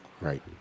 Right